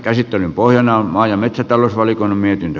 käsittelyn pohjana on maa ja metsätalousvaliokunnan mietintö